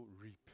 reap